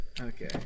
Okay